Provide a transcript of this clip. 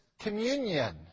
communion